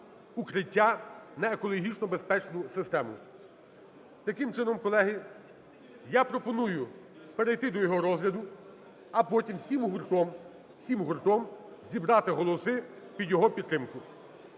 "Укриття" на екологічно безпечну систему. Таким чином, колеги, я пропоную перейти до його розгляду, а потім всі ми гуртом... всі ми гуртом зібрати голоси під його підтримку.